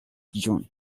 june